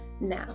Now